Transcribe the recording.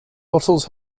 bottles